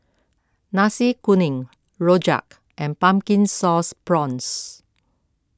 Nasi Kuning Rojak and Pumpkin Sauce Prawns